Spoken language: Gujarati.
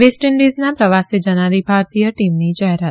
વેસ્ટ ઈન્ડીઝના પ્રવાસે જનારી ભારતીય ટીમની જાહેરાત